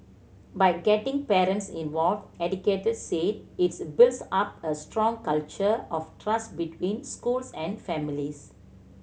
by getting parents involved educators said it builds up a strong culture of trust between schools and families